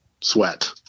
sweat